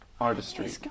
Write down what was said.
artistry